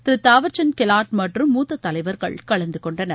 திரு தாவர்சந்த் கெலாட் மற்றும் மூத்த தலைவர்கள் கலந்து கொண்டனர்